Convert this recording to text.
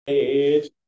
Hey